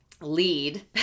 lead